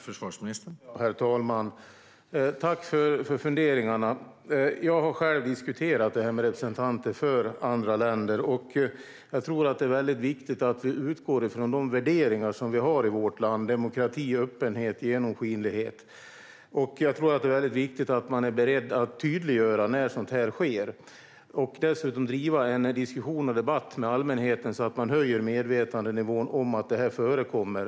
Herr talman! Jag tackar för dessa funderingar. Jag har själv diskuterat detta med representanter för andra länder, och jag tror att det är mycket viktigt att vi utgår från de värderingar som vi har i vårt land: demokrati, öppenhet och genomskinlighet. Det är mycket viktigt att man är beredd att tydliggöra sådant när det sker och dessutom föra en diskussion och debatt med allmänheten, så att man höjer medvetandenivån om att detta förekommer.